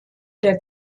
der